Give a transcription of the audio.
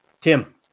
Tim